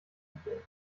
bringen